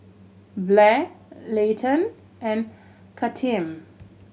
Blair Leighton and Kathern